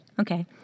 Okay